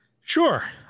Sure